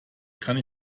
kann